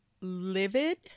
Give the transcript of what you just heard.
livid